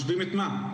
משווים את מה?